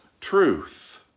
truth